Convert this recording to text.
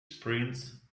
sprints